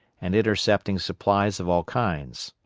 and intercepting supplies of all kinds.